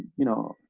you know,